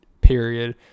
period